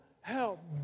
help